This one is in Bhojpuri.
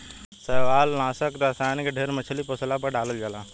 शैवालनाशक रसायन के ढेर मछली पोसला पर डालल जाला